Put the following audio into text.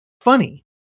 funny